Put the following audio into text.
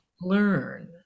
learn